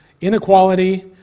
inequality